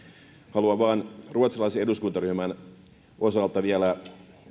haluan vain ruotsalaisen eduskuntaryhmän osalta vielä